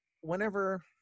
whenever